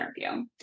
interview